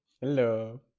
Hello